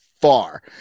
far